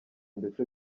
ndetse